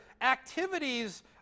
activities